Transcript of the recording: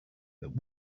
but